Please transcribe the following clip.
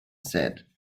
said